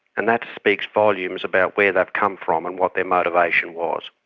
and that speaks volumes about where they've come from and what their motivation was.